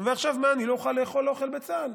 ועכשיו מה, אני לא אוכל לאכול אוכל בצה"ל,